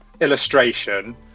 illustration